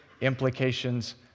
implications